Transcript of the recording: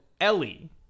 Ellie